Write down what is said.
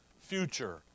future